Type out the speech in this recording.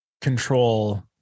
control